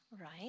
right